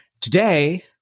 today